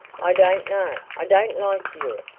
i don't know. i don't like europe.